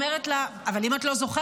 אומרת לה: אבל אם את לא זוכרת,